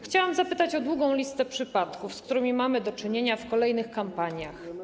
Chciałam zapytać o długą listę przypadków, z którymi mamy do czynienia w kolejnych kampaniach.